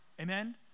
Amen